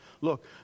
look